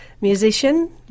musician